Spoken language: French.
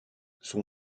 son